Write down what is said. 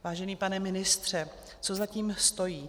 Vážený pane ministře, co za tím stojí?